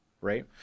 right